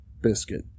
Biscuit